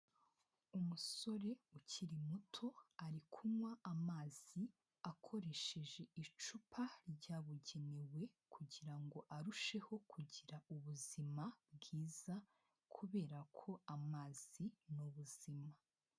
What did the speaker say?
Umusore ukiri muto ari kunywa amazi akoresheje icupa ryabugenewe kugira ngo arusheho kugira ubuzima bwiza kubera ko amazi ni ubuzima.